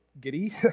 giddy